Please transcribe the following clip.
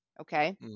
okay